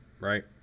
right